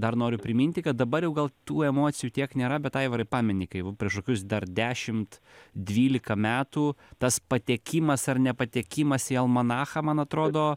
dar noriu priminti kad dabar jau gal tų emocijų tiek nėra bet aivarai pameni kai prieš kokius dar dešimt dvylika metų tas patekimas ar nepatekimas į almanachą man atrodo